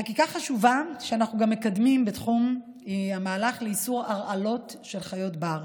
חקיקה חשובה שאנחנו מקדמים בתחום היא המהלך לאיסור הרעלות של חיות בר,